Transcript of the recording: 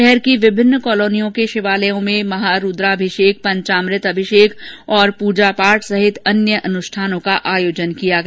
शहर की विभिन्न कॉलोनियों के शिवालयों में महारूद्राभिषेक पंचामृत अभिषेक पूजापाठ सहित अन्य अनुष्ठानों का आयोजन किया गया